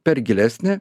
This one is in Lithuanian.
per gilesnę